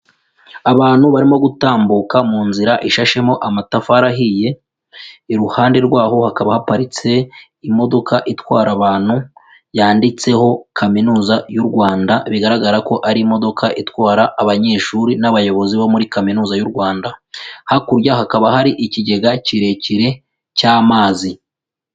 Abantu barimo gutambuka mu nzira ishashemo amatafari ahiye, iruhande rwabo hakaba haparitse imodoka itwara abantu yanditseho Kaminuza y'u Rwanda bigaragara ko ari imodoka itwara abanyeshuri n'abayobozi bo muri Kaminuza y'u Rwanda, hakurya hakaba hari ikigega kirekire cy'amazi.